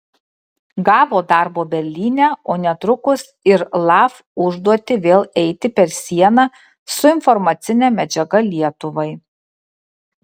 gavo darbo berlyne o netrukus ir laf užduotį vėl eiti per sieną su informacine medžiaga lietuvai